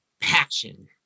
passion